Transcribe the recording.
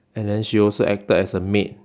and then she also acted as a maid